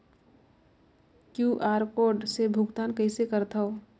QR code से भुगतान कइसे करथव?